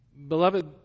Beloved